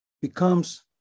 becomes